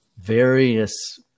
Various